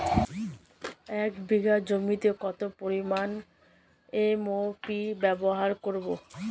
এক বিঘা জমিতে কত পরিমান এম.ও.পি ব্যবহার করব?